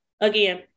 Again